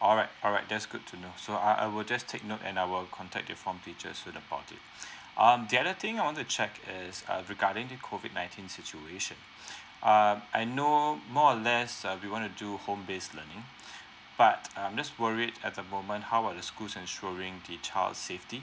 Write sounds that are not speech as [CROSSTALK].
alright alright that's good to know so uh I will just take note and I will contact the from teacher soon about it [BREATH] um the other thing I want to check is uh regarding the COVID nineteen situation [BREATH] um I know more or less uh we want to do home base learning [BREATH] but I'm just worried at the moment how are the schools ensuring the child safety